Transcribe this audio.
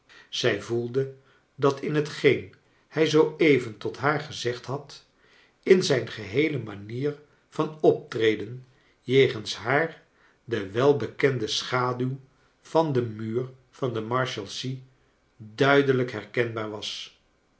zij voelde dat in hetgeen hij zoo even tot haar gezegd had in zijn geheele manier van optreden jegens haar de welbekende schaduw van den muur van de marhalsea duidelijk herkenbaar was